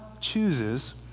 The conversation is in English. chooses